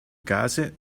gase